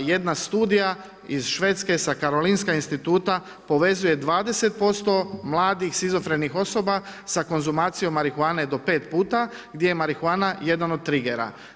jedna studija iz Švedske, sa Karolinskog instituta povezuje 20% mladih shizofrenih osoba sa konzumacijom marihuane do 5 puta gdje je marihuana jedan od trigera.